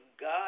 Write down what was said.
God